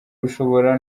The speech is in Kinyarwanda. bishobora